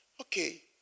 okay